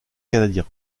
canadien